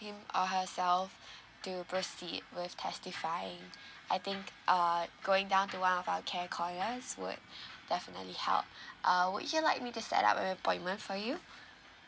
him or herself to proceed with testifying I think err going down to one of our care corners would definitely help uh would you like me to set up a appointment for you